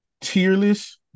tearless